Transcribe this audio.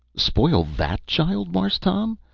spoil that child, marse tom?